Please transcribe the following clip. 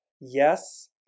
Yes